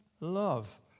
love